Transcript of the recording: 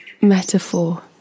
metaphor